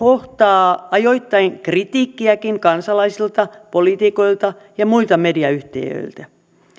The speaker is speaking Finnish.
kohtaa ajoittain kritiikkiäkin kansalaisilta poliitikoilta ja muilta mediayhtiöiltä